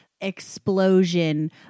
explosion